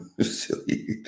Silly